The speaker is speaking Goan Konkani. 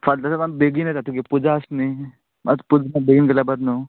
फाल्यां सकाळी बेगीन येता तुगे पुजा आसा न्ही मागीर पुजा बेगीन केल्यार बरें न्हू